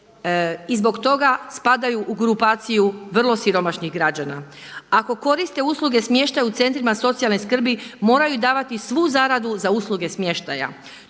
i zbog toga spadaju u grupaciju vrlo siromašnih građana. Ako koriste usluge smještaja u centrima socijalne skrbi moraju davati svu zaradu za usluge smještaja.